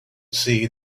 see